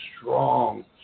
strong